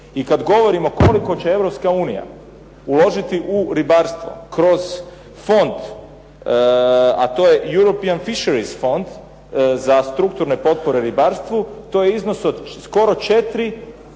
I kad govorimo koliko će Europska unija uložiti u ribarstvo kroz fond, a to je Europien fisheries fond za strukturne potpore ribarstvu to je iznos od skoro četiri